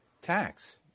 tax